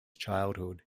childhood